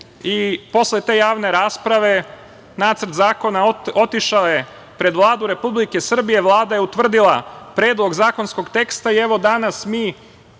te javne rasprave Nacrt zakona otišao je pred Vladu Republike Srbije. Vlada je utvrdila predlog zakonskog teksta i evo danas mi